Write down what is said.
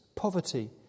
Poverty